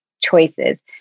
choices